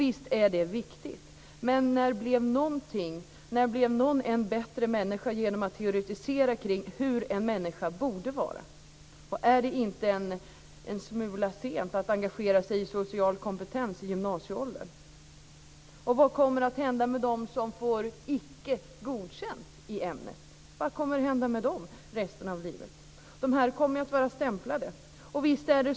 Visst är det viktigt, men när blev någon en bättre människa genom att teoretisera kring hur en människa borde vara? Är det inte en smula sent att engagera sig i social kompetens i gymnasieåldern? Vad kommer att hända med dem som får Icke godkänt i ämnet? De kommer att vara stämplade för resten av livet.